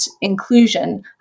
inclusion